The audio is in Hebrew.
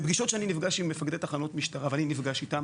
בפגישות שלי עם מפקדי תחנות משטרה ואני נפגש איתם